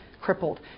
crippled